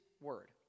word